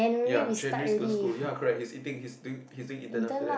ya January school ya correct he's eating he's doing he's doing intern after that